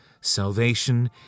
Salvation